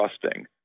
trusting